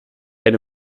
eine